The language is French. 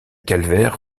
calvaire